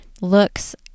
looks